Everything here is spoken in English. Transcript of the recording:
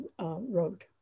wrote